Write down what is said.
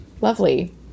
lovely